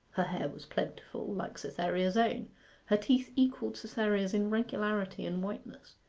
her hair was plentiful, like cytherea's own her teeth equalled cytherea's in regularity and whiteness.